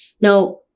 Now